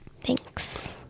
thanks